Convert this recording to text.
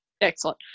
excellent